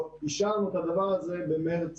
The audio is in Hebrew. שאישרנו את הדבר הזה במרס